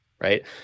Right